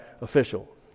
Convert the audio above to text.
official